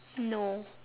no